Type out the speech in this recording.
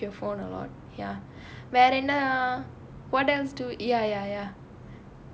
so don't move your phone a lot ya வேறென்ன:verennaa what else do ya ya ya